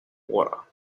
water